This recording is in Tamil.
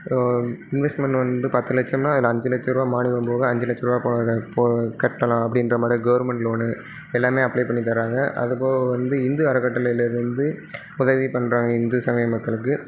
இன்வெஸ்ட்மெண்ட் வந்து பத்து லட்சம்னால் அதில் அஞ்சு லட்சம் ரூபா மானியம் போக அஞ்சு லட்சம் ரூபா போக கட்டலாம் அப்படின்ற மாதிரியே கவுர்மெண்ட் லோனு எல்லாமே அப்ளே பண்ணி தராங்க அதுபோக வந்து இந்து அறக்கட்டளையில் இருந்து உதவி பண்ணுறாங்க இந்து சமய மக்களுக்கு